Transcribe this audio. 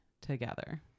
together